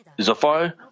Zafar